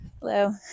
Hello